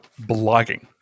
blogging